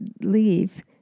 leave